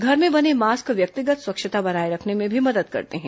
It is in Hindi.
घर में बने मास्क व्यक्तिगत स्वच्छता बनाए रखने में भी मदद करते हैं